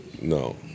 No